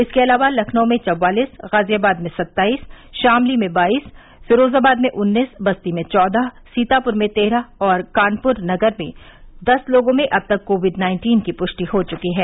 इसके अलावा लखनऊ में चवालीस गाजियाबाद में सत्ताईस शामली में बाइस फिरोजाबाद में उन्नीस बस्ती में चौदह सीतापुर में तेरह और कानपुर नगर में दस लोगों में अब तक कोविड नाइन्टीन की पुष्टि हो चुकी है